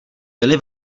byly